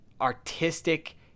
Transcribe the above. artistic